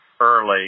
early